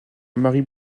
marie